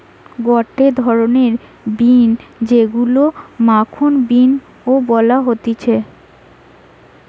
গটে ধরণের বিন যেইগুলো মাখন বিন ও বলা হতিছে